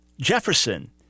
Jefferson